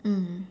mm